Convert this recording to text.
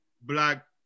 black